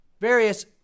various